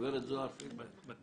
שינויים ויש